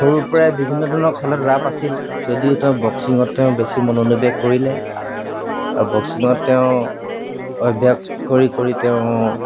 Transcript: সৰুৰপৰাই বিভিন্ন ধৰণৰ খেলত ৰাপ আছিল যদিও তেওঁ বক্সিঙত তেওঁ বেছি মনোনিৱেশ কৰিলে আৰু বক্সিঙত তেওঁ অভ্যাস কৰি কৰি তেওঁ